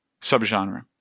subgenre